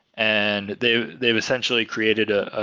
and they've they've essentially created a